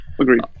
agreed